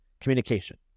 communication